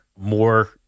more